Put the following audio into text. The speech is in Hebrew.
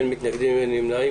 מי נמנע?